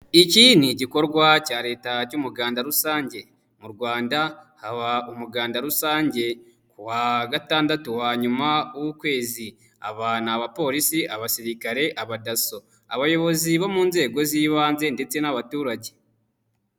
Iki ni igikorwa cya leta cy'umuganda rusange, mu rwanda haba umuganda rusange kuwa gatandatu wa nyuma w'ukwezi. Aba ni abapolisi, abasirikare, aba abayobozi bo mu nzego z'ibanze ndetse n'abaturage.